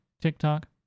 TikTok